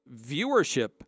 viewership